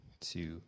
two